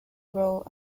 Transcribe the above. roll